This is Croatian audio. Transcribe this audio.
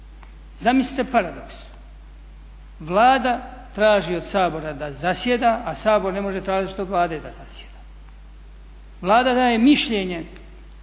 Zamislite paradoks, Vlada traži od Sabora da zasjeda, a Sabor ne može tražiti od Vlade da zasjeda. Vlada daje mišljenje